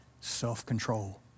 self-control